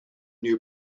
new